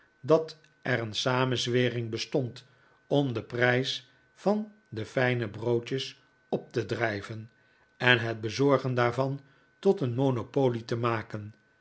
dat er een samenzwering bestond om den prijs van de fijne broodjes op te drijven en het bezorgen daarvan tot een monopolie te maken